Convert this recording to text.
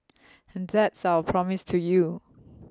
and that's our promise to you